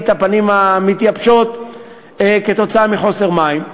הפנים המתייבשות כתוצאה מחוסר מים.